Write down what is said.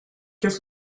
qu’est